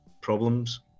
problems